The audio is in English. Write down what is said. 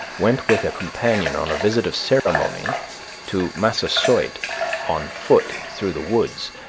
went with a companion on a visit of ceremony to massasoit on foot through the woods,